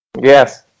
Yes